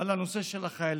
על הנושא של החיילים,